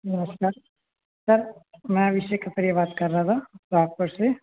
नमस्कार सर मैं अभिषेक बात कर रहा था सोहागपुर से